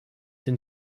den